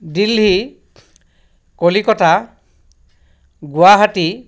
Delhi Kolkata Guwahati